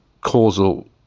causal